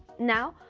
now,